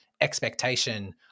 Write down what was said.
expectation